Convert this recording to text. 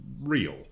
real